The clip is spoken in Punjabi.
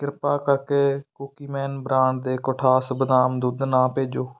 ਕਿਰਪਾ ਕਰਕੇ ਕੂਕੀਮੈਨ ਬ੍ਰਾਂਡ ਦੇ ਕੋਠਾਸ ਬਦਾਮ ਦੁੱਧ ਨਾ ਭੇਜੋ